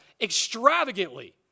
extravagantly